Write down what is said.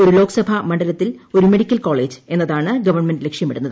ഒരു ലോക്സഭാ മണ്ഡലത്തിൽ ഒരു മെഡിക്കൽ കോളേജ് എന്നതാണ് ഗവൺമെന്റ് ലക്ഷ്യമിടുന്നത്